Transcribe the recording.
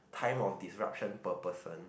time of disruption per person